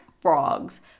frogs